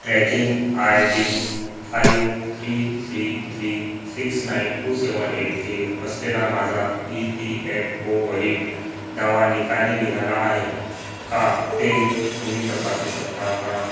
tracking I D five three three three six nine two seven eight three असलेला माझा E P F ओवरील दावा निकाली निघाला आहे का ते तुम्ही तपासू शकता का